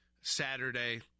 Saturday